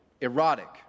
erotic